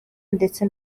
ndetse